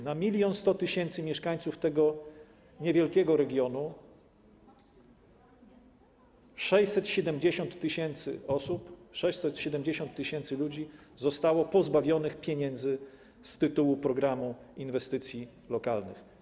Na 1100 tys. mieszkańców tego niewielkiego regionu 670 tys. osób, 670 tys. ludzi zostało pozbawionych pieniędzy z tytułu programu inwestycji lokalnych.